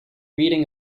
reading